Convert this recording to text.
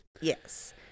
Yes